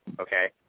okay